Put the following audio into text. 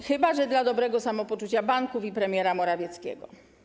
Chyba że dla dobrego samopoczucia banków i premiera Morawieckiego.